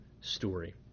story